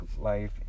life